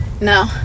no